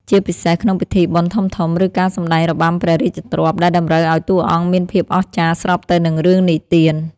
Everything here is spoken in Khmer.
ជាពិសេសក្នុងពិធីបុណ្យធំៗ ឬការសម្តែងរបាំព្រះរាជទ្រព្យ ដែលតម្រូវឱ្យតួអង្គមានភាពអស្ចារ្យស្របទៅនឹងរឿងនិទាន។